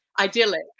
idyllic